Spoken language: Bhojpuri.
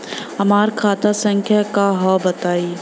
हमार खाता संख्या का हव बताई?